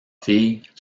filles